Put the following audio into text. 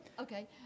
Okay